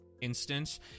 instance